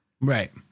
right